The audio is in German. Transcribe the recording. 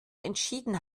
entschieden